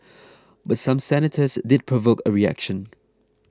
but some senators did provoke a reaction